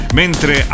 mentre